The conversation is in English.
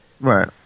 Right